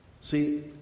See